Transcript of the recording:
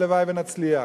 הלוואי שנצליח.